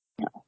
No